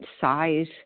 size